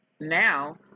now